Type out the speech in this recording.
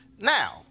Now